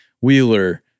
Wheeler